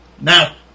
Now